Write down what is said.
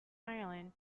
ireland